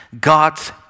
God's